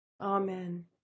Amen